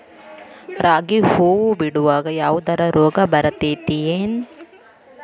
ರಾಗಿ ಹೂವು ಬಿಡುವಾಗ ಯಾವದರ ರೋಗ ಬರತೇತಿ ಏನ್?